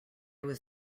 was